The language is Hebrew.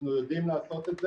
אנחנו יודעים לעשות את זה,